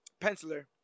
penciler